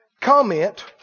comment